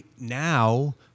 now